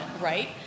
right